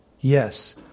Yes